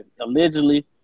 allegedly